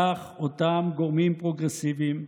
כך, אותם גורמים פרוגרסיביים,